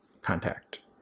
contact